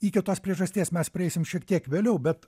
iki tos priežasties mes prieisim šiek tiek vėliau bet